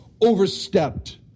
overstepped